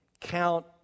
count